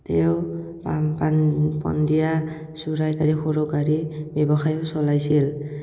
তেওঁ পাণ্ডেয়া ব্যৱসায়ো চলাইছিল